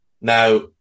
Now